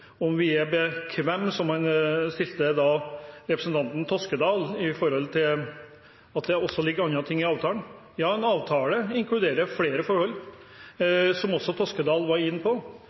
om vi er bekvemme med at det også ligger andre ting i samarbeidsavtalen. Ja, en avtale inkluderer flere forhold, som også Toskedal var inne på.